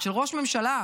ועוד של ראש ממשלה,